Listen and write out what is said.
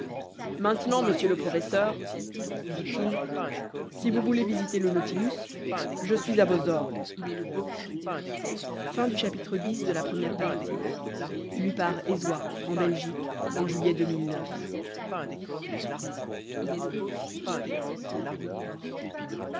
maintenant monsieur le professeur dit-il si vous voulez visiter le nautilus je suis a vos ordres